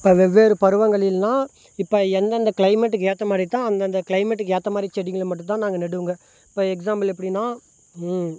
இப்போ வெவ்வேறு பருவங்களில்னால் இப்போ எந்தெந்த கிளைமேட்டுக்கு ஏற்ற மாதிரி தான் அந்தந்த கிளைமேட்டுக்கு ஏற்ற மாதிரி செடிகளை மட்டும் தான் நாங்கள் நடுவோங்க இப்போ எக்ஸாம்பிள் எப்படினா